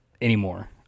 anymore